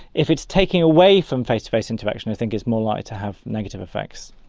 if it's taking away from face-to-face interaction i think it's more likely to have negative effects.